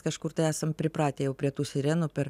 kažkur tai esam pripratę jau prie tų sirenų per